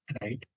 right